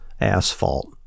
asphalt